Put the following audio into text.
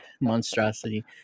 monstrosity